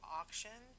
auction